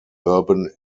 urban